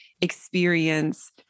experience